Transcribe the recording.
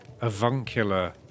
avuncular